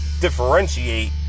differentiate